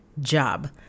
job